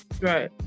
right